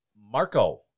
Marco